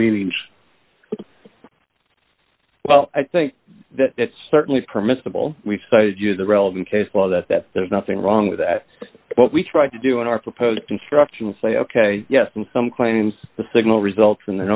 meanings well i think that it's certainly permissible we've cited you the relevant case law that that there's nothing wrong with that what we tried to do in our proposed construction and say ok yes and some claims the signal results in the